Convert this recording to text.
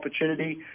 opportunity